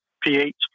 Ph